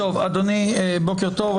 אדוני, בוקר טוב.